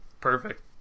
perfect